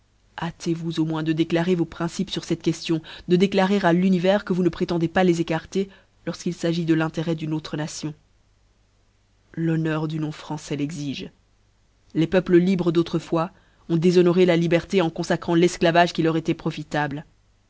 au moins de déclarer vos principes fur cette queftion de déclarer à l'univers que vous ne prétendez pas les écarter lorfqti'il s'agit de l'intérêt d'une autre nation l'honneur du nom françois l'exige les peuples libres d'au très fois ont déshonoré la liberté en confacrant l'efclavage qui leur étoit profitable